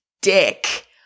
dick